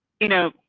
you know,